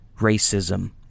racism